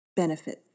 benefit